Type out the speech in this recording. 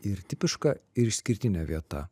ir tipiška ir išskirtinė vieta